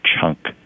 chunk